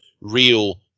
real